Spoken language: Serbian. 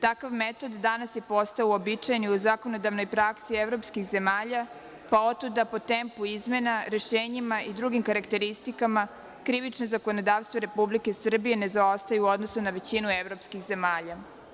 Takav metod danas je postao uobičajen u zakonodavnoj praksi evropskih zemalja, pa otuda po tempu izmena, rešenjima i drugim karakteristikama, krivično zakonodavstvo Republike Srbije ne zaostaje u odnosu na većinu evropskih zemalja.